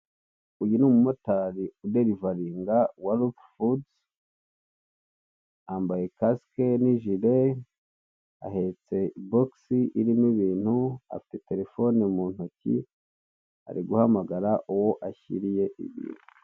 Uyu ni umumotari udelivaringa wa rushi fudu, yambaye kasike n'ijire, ahetse bogisi irimo ibintu, afite terefone mu ntoki ari guhamagara uwo ashyiriye ibintu.